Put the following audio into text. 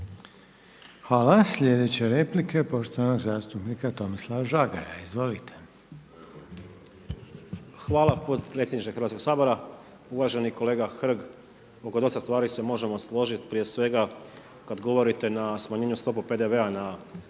Hvala. Slijedeća replika je poštovanog zastupnika Tomislava Žagara. Izvolite. **Žagar, Tomislav (SDP)** Hvala potpredsjedniče Hrvatskog sabora. Uvaženi kolega Hrg, oko dosta stvari se možemo složiti, prije svega kad govorite na smanjenju stope PDV-a na repromaterijal.